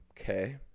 okay